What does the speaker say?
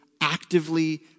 actively